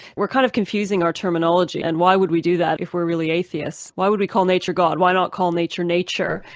we're kind of confusing our terminology, and why would we do that if we're really atheists? why would we call nature god? why not call nature, nature,